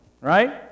right